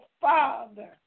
Father